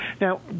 Now